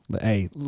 Hey